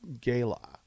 gala